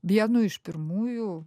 vienu iš pirmųjų